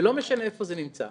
ולא משנה איפה זה נמצא,